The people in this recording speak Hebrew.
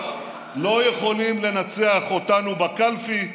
לא יכולים לנצח אותנו בקלפי,